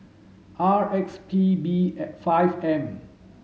R X P B five M